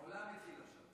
העולם התחיל עכשיו.